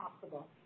possible